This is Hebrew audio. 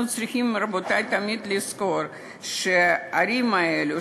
אנחנו צריכים תמיד לזכור שהערים האלו,